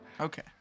okay